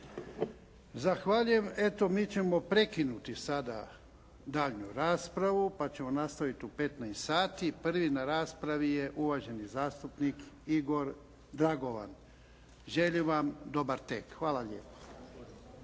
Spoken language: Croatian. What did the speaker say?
Zahvaljujem. Eto mi ćemo prekinuti sada daljnju raspravu, pa ćemo nastaviti u 15 sati. Prvi na raspravi je uvaženi zastupnik Igor Dragovan. Hvala lijepa.